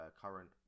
current